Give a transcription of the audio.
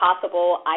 possible